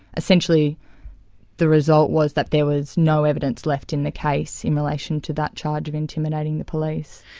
essentially the result was that there was no evidence left in the case in relation to that charge of intimidating the police.